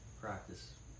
practice